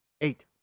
eight